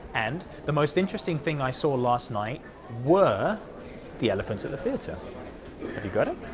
and the most interesting thing i saw last night were the elephants at the theatre. have you got it?